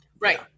Right